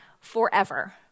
forever